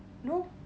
nope